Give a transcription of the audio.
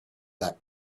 that